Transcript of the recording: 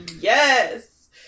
yes